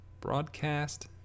Broadcast